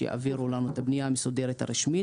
שיעבירו לנו את הפניה המסודרת הרשמית,